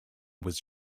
was